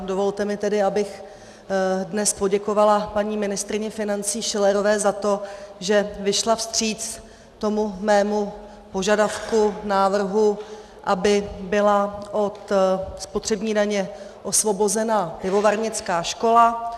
Dovolte mi tedy, abych dnes poděkovala paní ministryni financí Schillerové za to, že vyšla vstříc mému požadavku, návrhu, aby byla od spotřební daně osvobozena pivovarnická škola.